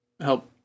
help